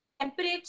temperature